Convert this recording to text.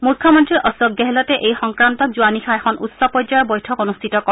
মুখ্যমন্ত্ৰী অশোক গেহলটে এই সংক্ৰান্তত যোৱা নিশা এখন উচ্চ পৰ্যায়ৰ বৈঠক অনুষ্ঠিত কৰে